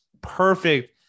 perfect